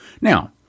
Now